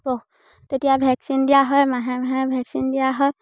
তেতিয়া ভেকচিন দিয়া হয় মাহে মাহে ভেকচিন দিয়া হয়